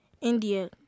India